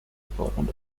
department